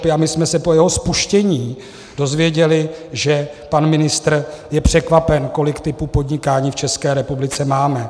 A my jsme se po jeho spuštění dozvěděli, že pan ministr je překvapen, kolik typů podnikání v České republice máme.